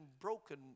broken